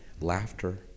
laughter